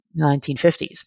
1950s